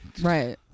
right